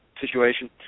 situation